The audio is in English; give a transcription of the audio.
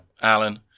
Alan